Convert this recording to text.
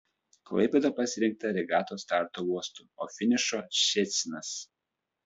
klaipėda pasirinkta regatos starto uostu o finišo ščecinas